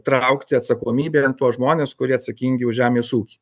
traukti atsakomybėn tuos žmones kurie atsakingi už žemės ūkį